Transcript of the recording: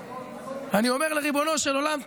אני אומר לריבונו של עולם,